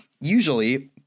usually